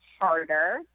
harder